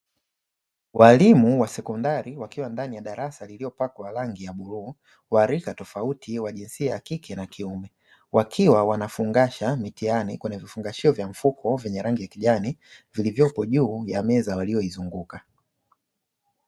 Walimu wa sekondari wakiwa ndani ya darasa lililopakwa rangi ya bluu wa rika tofauti wa jinsia ya kike na kiume, wakiwa wanafungasha mitihani kwenye vifungashio vya mfuko vyenye rangi ya kijani vilivyopo juu ya meza walioizunguka.